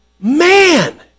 Man